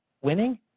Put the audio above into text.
winning